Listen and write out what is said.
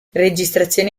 registrazioni